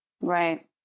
Right